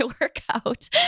workout